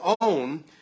own